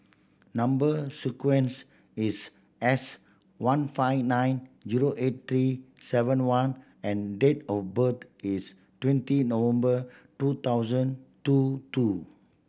number sequence is S one five nine zero eight three seven one and date of birth is twenty November two thousand two two